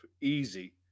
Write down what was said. easy